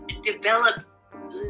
develop